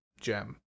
gem